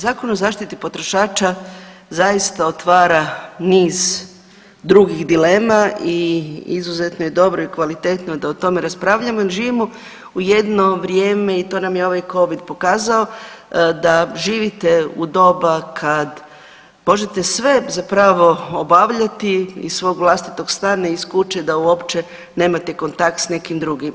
Zakon o zaštiti potrošača zaista otvara niz drugih dilema i izuzetno je dobro i kvalitetno da o tome raspravljamo jel živimo u jedno vrijeme i to nam je ovaj covid pokazao da živite u doba kad možete sve zapravo obavljati iz svog vlastitog stana iz kuće da uopće nemate kontakt s nekim drugim.